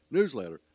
Newsletter